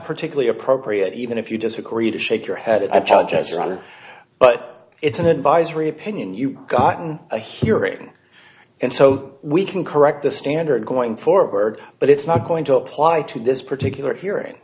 particularly appropriate even if you disagree to shake your head and i tell just run but it's an advisory opinion you've gotten a hearing and so we can correct the standard going forward but it's not going to apply to this particular hearing